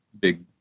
big